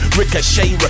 ricochet